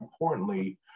importantly